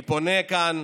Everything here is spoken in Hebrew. אני פונה כאן